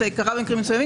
זה קרה במקרים מסוימים